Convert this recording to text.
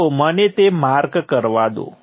તો મને તે માર્ક કરવા દો